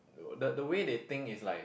the the way they think is like